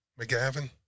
McGavin